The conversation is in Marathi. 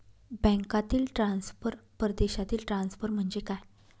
बँकांतील ट्रान्सफर, परदेशातील ट्रान्सफर म्हणजे काय?